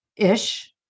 ish